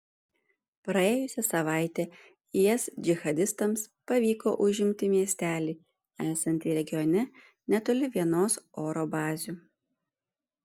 praėjusią savaitę is džihadistams pavyko užimti miestelį esantį regione netoli vienos oro bazių